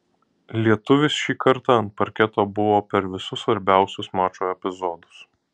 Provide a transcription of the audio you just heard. lietuvis šį kartą ant parketo buvo per visus svarbiausius mačo epizodus